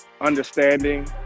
Understanding